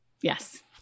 Yes